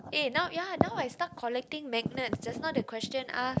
eh now ya now I start collecting magnets just now the question ask